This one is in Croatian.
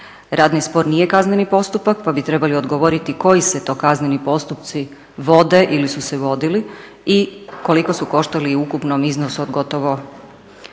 Radni spor nije kazneni postupak pa bi trebali odgovoriti koji se to kazneni postupci vode ili su se vodili i koliko su koštali u ukupnom iznosu od gotovo